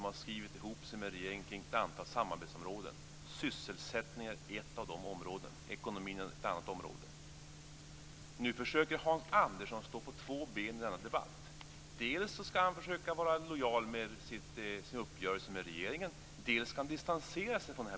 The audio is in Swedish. Han får bestämma sig i debatten. Det är intressant för framtiden och för regeringsunderlaget.